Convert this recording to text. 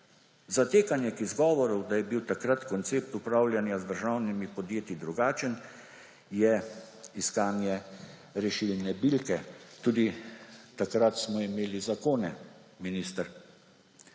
Zatekanje k izgovoru, da je bil takrat koncept upravljanja z državnimi podjetji drugačen, je iskanje rešilne bilke. Tudi takrat smo imeli zakone, minister.